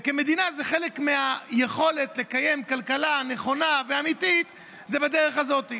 וכמדינה חלק מהיכולת לקיים כלכלה נכונה ואמיתית זה בדרך הזאת.